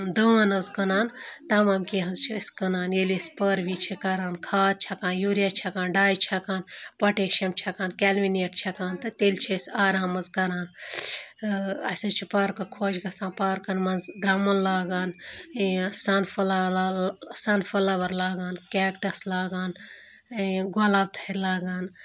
دٲن حظ کٕنان تَمام کینٛہہ حظ چھِ أسۍ کٕنان ییٚلہِ أسۍ پٲروِی چھِ کَران کھاد چھَکان یوٗریا چھَکان ڈَاے چھَکان پۄٹیشیَم چھَکان کٮ۪لوِنیٹ چھَکان تہٕ تیٚلہِ چھِ أسۍ آرام حظ کَران اَسہِ حظ چھِ پارکہٕ خۄش گژھان پارکَن منٛز درٛمُن لاگان یہِ سَن فٕلاوَر لاگان کٮ۪کٹَس لاگان یہِ گۄلاب تھَرِ لاگان